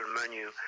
menu